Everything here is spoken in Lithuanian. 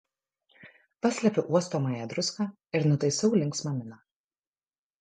paslepiu uostomąją druską ir nutaisau linksmą miną